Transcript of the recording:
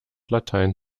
latein